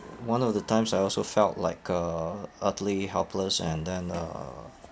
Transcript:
one of the times I also felt like uh utterly helpless and then uh